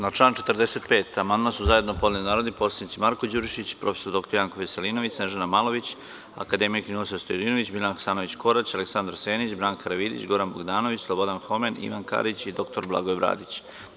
Na član 45. amandman su zajedno podneli narodni poslanici Marko Đurišić, prof. dr Janko Veselinović, Snežana Malović, akademik Ninoslav Stojadinović, Biljana Hasanović Korać, Aleksandar Senić, Branka Karavidić, Goran Bogdanović, Slobodan Homen, Ivan Karić i dr Blagoje Bradić.